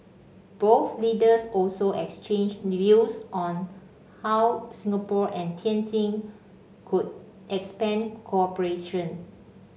both leaders also exchanged views on how Singapore and Tianjin could expand cooperation